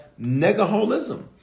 negaholism